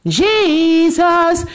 jesus